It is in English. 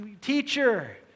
teacher